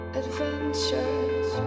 adventures